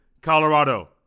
Colorado